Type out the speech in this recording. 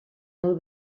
del